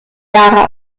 jahre